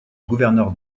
gouverneur